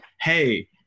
Hey